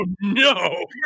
no